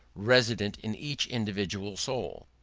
resident in each individual soul?